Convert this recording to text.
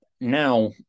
now